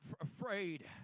afraid